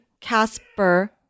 Casper